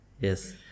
Yes